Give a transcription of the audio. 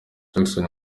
jackson